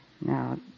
Now